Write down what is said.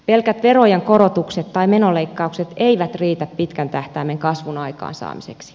pelkät verojen korotukset tai menoleikkaukset eivät riitä pitkän tähtäimen kasvun aikaansaamiseksi